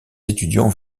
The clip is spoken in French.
étudiants